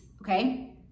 okay